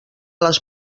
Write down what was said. les